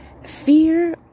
fear